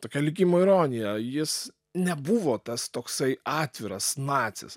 tokia likimo ironija jis nebuvo tas toksai atviras nacis